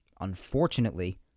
unfortunately